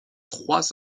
trois